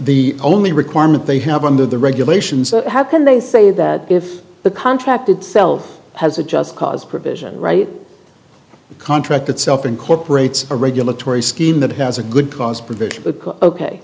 the only requirement they have under the regulations how can they say that if the contract itself has a just cause provision right contract itself incorporates a regulatory scheme that has a good cause